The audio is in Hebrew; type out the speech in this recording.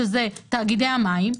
שזה תאגידי המים,